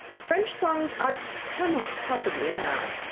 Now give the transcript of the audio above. french songs i cannot possibly allow.